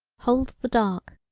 hold the dark,